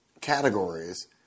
categories